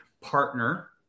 partner